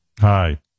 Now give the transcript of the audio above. Hi